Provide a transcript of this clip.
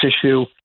issue